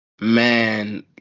Man